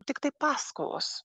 tiktai paskolos